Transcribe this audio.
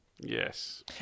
Yes